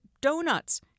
donuts